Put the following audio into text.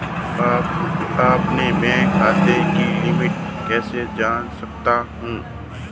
अपने बैंक खाते की लिमिट कैसे जान सकता हूं?